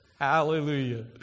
Hallelujah